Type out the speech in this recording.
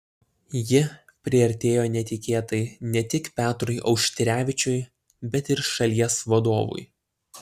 ji priartėjo netikėtai ne tik petrui auštrevičiui bet ir šalies vadovui